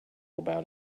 about